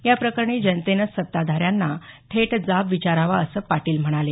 या प्रकरणी जनतेनेच सत्ताधाऱ्यांना थेट जाब विचारवा असं पाटील म्हणाले